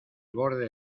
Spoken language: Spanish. borde